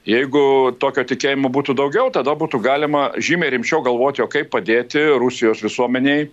jeigu tokio tikėjimo būtų daugiau tada būtų galima žymiai rimčiau galvoti o kaip padėti rusijos visuomenei